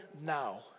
now